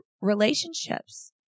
relationships